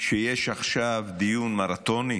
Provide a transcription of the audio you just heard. שיש עכשיו דיון מרתוני